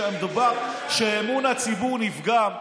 כשאמון הציבור נפגע,